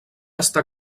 estar